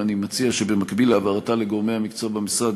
ואני מציע שבמקביל להעברתה לגורמי המקצוע במשרד,